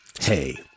hey